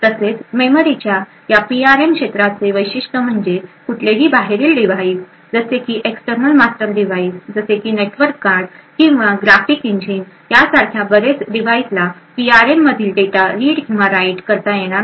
तसेच मेमरीच्या या पीआरएम क्षेत्राचे वैशिष्ट्य म्हणजे कुठलेही बाहेरील डिव्हाइस जसे की एक्स्टर्नल मास्टर डिव्हाईस जसे की नेटवर्क गार्ड किंवा ग्राफिक इंजिन यासारख्या बरेच डिवाइस ला पीआरएम मधील डेटा रीड किंवा राईट करता येणार नाही